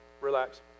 Relax